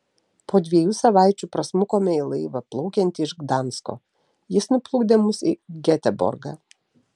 po dviejų savaičių prasmukome į laivą plaukiantį iš gdansko jis nuplukdė mus į geteborgą